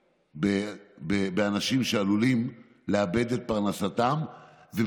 באנשים שעלולים לאבד את פרנסתם מצד שני,